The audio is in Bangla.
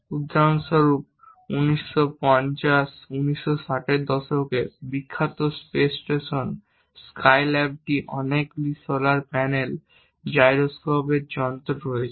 উদাহরণস্বরূপ 1950 1960 এর দশকের বিখ্যাত স্পেস স্টেশন স্কাইল্যাবটিতে অনেকগুলি সোলার প্যানেল জাইরোস্কোপ এবং যন্ত্র রয়েছে